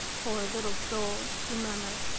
poor little soul, she murmured,